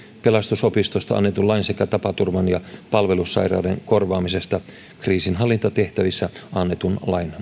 pelastusopistosta annetun lain sekä tapaturman ja palvelussairauden korvaamisesta kriisinhallintatehtävissä annetun lain